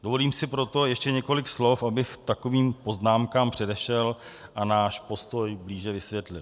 Dovolím si proto ještě několik slov, abych takovým poznámkám předešel a náš postoj blíže vysvětlil.